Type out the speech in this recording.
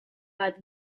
bat